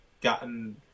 gotten